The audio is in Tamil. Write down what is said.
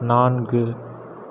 நான்கு